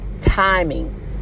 timing